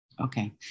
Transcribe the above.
Okay